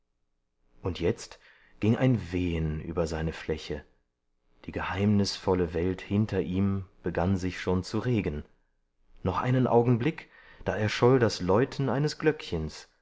und jetzt ging ein wehen über seine fläche die geheimnisvolle welt hinter ihm begann sich schon zu regen noch einen augenblick da erscholl das läuten eines glöckchens